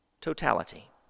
Totality